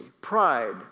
pride